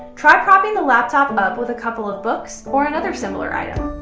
try propping the laptop up with a couple of books or another similar item.